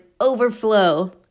overflow